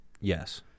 Yes